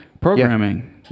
programming